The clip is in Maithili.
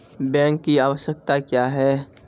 बैंक की आवश्यकता क्या हैं?